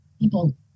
People